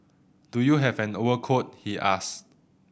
do you have an overcoat he asked